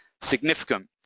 significant